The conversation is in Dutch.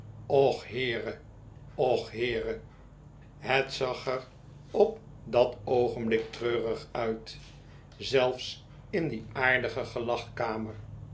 och heere och heere het zag er op dat oogenblik treurig uit zelfs in die aardige